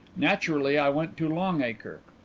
naturally i went to long acre.